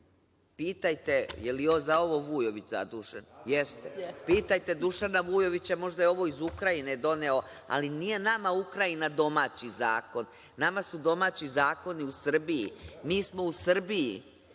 Pitajte, jel za ovo Vujović zadužen? Jeste. Pitajte Dušana Vujovića, možda je ovo iz Ukrajine doneo, ali nije nama Ukrajina domaći zakon, nama su domaći zakoni u Srbiji, mi smo u Srbiji